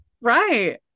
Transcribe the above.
right